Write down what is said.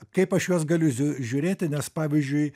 kaip aš juos galiu ziu žiūrėti nes pavyzdžiui